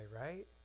right